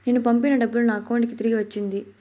నేను పంపిన డబ్బులు నా అకౌంటు కి తిరిగి వచ్చింది